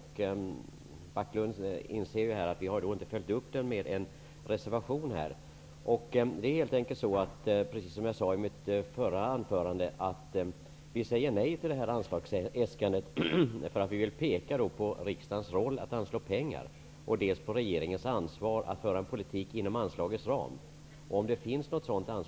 Han kan ju konstatera att vi inte har följt upp den motionen genom att yrka bifall till reservationen. Vi säger nej till anslagsäskandet och därför att vi vill peka på att det är riksdagens roll att anslå pengar och regeringens ansvar att föra en politik inom anslagets ram.